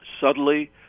subtly